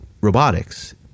robotics